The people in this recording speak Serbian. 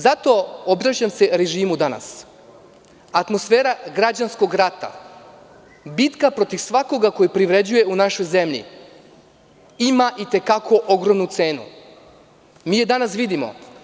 Zato obraćam se režimu danas, atmosfera građanskog rata, bitka protiv svakoga ko privređuje u našoj zemlji ima i te kako ogromnu cenu, mi je danas vidimo.